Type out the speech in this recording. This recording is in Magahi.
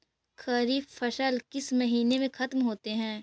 खरिफ फसल किस महीने में ख़त्म होते हैं?